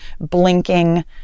blinking